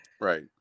Right